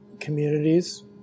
communities